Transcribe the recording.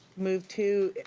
move to,